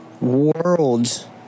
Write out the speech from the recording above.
Worlds